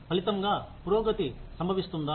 ఫలితంగా పురోగతి సంభవిస్తుందా